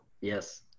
Yes